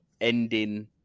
ending